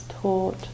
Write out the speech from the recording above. taught